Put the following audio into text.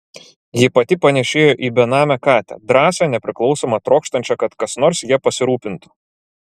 ji pati panėšėjo į benamę katę drąsią nepriklausomą trokštančią kad kas nors ja pasirūpintų